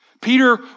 Peter